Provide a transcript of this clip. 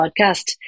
podcast